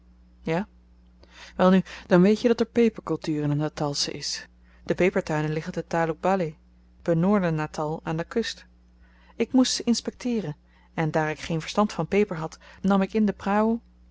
ja welnu dan weet je dat er peperkultuur in t natalsche is de pepertuinen liggen te taloh baleh benoorden natal aan de kust ik moest ze inspekteeren en daar ik geen verstand van peper had nam ik in de